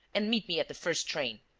and meet me at the first train.